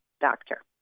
doctor